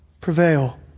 prevail